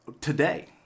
today